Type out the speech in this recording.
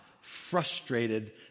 frustrated